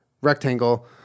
rectangle